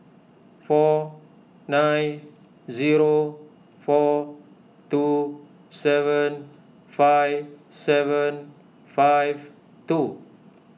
four nine zero four two seven five seven five two